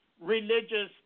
Religious